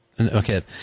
Okay